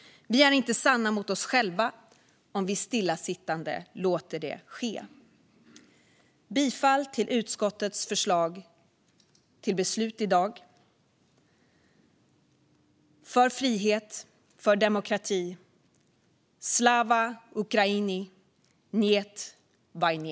Vi är inte sanna mot oss själva om vi stillasittande låter det ske. Jag yrkar bifall till utskottets förslag till beslut i dag, för frihet och för demokrati. Slava Ukrajini - njet vojne!